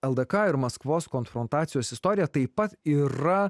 ldk ir maskvos konfrontacijos istorija taip pat yra